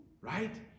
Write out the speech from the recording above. Right